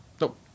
Nope